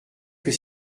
que